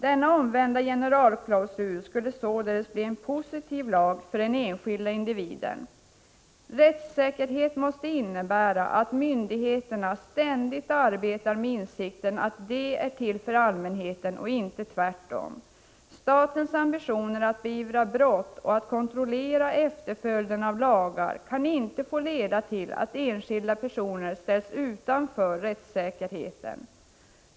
Denna omvända generalklausul skulle således bli en positiv lag för den enskilda individen. Rättssäkerhet måste innebära att myndigheterna ständigt arbetar med insikten att de är till för allmänheten och inte tvärtom. Statens ambitioner att beivra brott och att kontrollera efterföljden av lagar kan inte få leda till att enskilda personer ställs utanför rättssäkerheten.